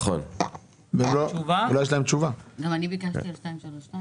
בוא נעשה את זה יותר פשוט.